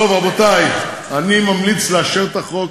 רבותי, אני ממליץ לאשר את החוק